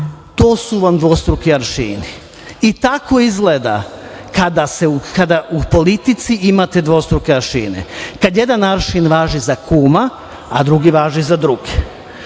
to su vam dvostruki aršini. Tako izgleda kada u politici imate dvostruke aršine. Kad jedan aršin važi za kuma, a drugi važi za druge. Što